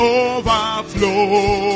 overflow